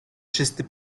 czysty